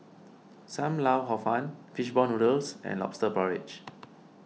Sam Lau Hor Fun Fish Ball Noodles and Lobster Porridge